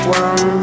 one